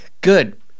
Good